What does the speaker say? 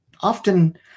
often